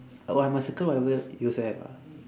oh I must circle whatever you also have ah